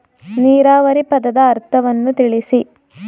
ನೀರಾವರಿ ಪದದ ಅರ್ಥವನ್ನು ತಿಳಿಸಿ?